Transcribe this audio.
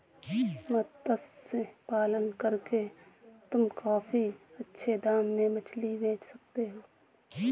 मत्स्य पालन करके तुम काफी अच्छे दाम में मछली बेच सकती हो